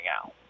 out